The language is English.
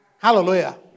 Hallelujah